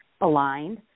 aligned